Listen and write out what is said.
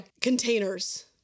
Containers